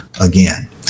again